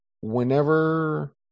whenever